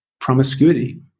promiscuity